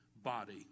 body